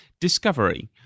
Discovery